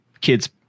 kids